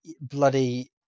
bloody